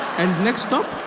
and next stop,